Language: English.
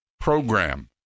program